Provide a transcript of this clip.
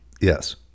Yes